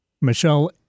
Michelle